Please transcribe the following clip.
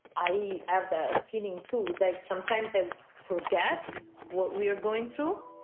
i have the feeling, too, that sometimes i forget what we are going through.